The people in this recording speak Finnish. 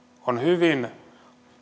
on hyvin